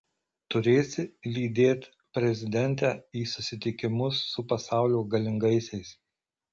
turėsi lydėt prezidentę į susitikimus su pasaulio galingaisiais